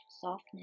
softness